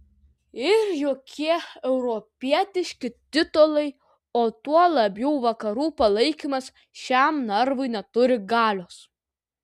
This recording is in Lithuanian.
ir jokie europietiški titulai o tuo labiau vakarų palaikymas šiam narvui neturi galios